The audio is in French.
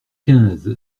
quinze